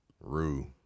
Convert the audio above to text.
Rue